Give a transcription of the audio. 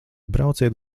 brauciet